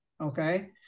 okay